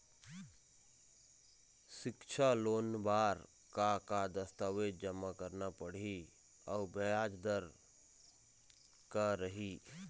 सिक्छा लोन बार का का दस्तावेज जमा करना पढ़ही अउ ब्याज दर का रही?